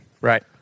right